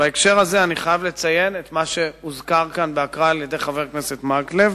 בהקשר הזה אני חייב לציין את מה שהוזכר כאן על-ידי חבר הכנסת מקלב.